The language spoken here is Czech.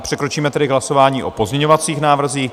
Přikročíme tedy k hlasování o pozměňovacích návrzích.